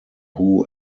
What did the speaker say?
who